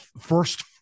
first